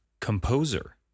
composer